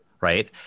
right